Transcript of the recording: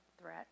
threat